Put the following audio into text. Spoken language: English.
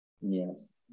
Yes